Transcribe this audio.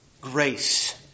grace